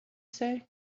say